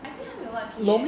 I think 他没有乱 pee eh